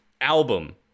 album